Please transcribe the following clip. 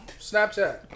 Snapchat